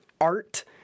art